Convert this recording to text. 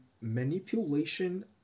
manipulation